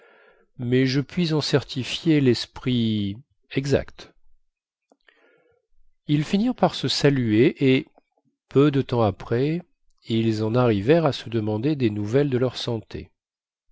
en certifier lesprit exact ils finirent par se saluer et peu de temps après ils en arrivèrent à se demander des nouvelles de leur santé